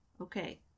okay